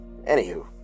Anywho